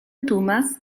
dumas